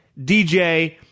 DJ